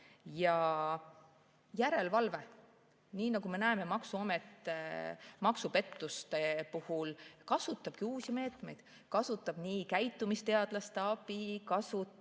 ka järelevalveks. Nii nagu me näeme, maksuamet maksupettuste puhul kasutabki uusi meetmeid, kasutab käitumisteadlaste abi, kasutab